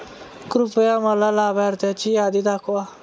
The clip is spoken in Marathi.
कृपया मला लाभार्थ्यांची यादी दाखवा